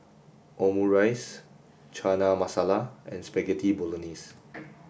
Omurice Chana Masala and Spaghetti Bolognese